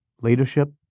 leadership